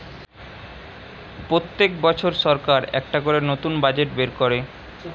পোত্তেক বছর সরকার একটা করে নতুন বাজেট বের কোরে